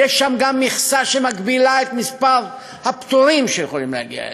יש שם גם מכסה שמגבילה את מספר הפטורים שיכולים להגיע אליהם,